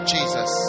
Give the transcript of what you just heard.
Jesus